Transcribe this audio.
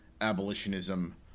abolitionism